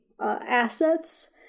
assets